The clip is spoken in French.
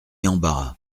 embarras